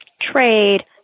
trade –